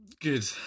Good